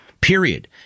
period